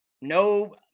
No